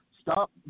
stop